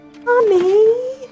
Mommy